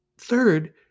Third